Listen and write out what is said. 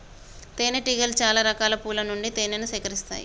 తేనె టీగలు చాల రకాల పూల నుండి తేనెను సేకరిస్తాయి